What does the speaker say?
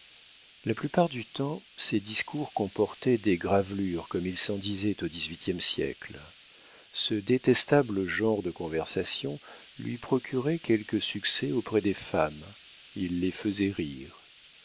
la plupart du temps ses discours comportaient des gravelures comme il s'en disait au dix-huitième siècle ce détestable genre de conversation lui procurait quelques succès auprès des femmes il les faisait rire